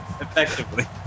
Effectively